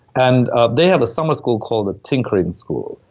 and they have a summer school called the tinkering school,